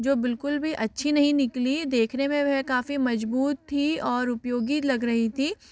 जो बिल्कुल भी अच्छी नहीं निकली देखने मे वह काफ़ी मज़बूत थी और उपयोगी लग रही थी